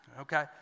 Okay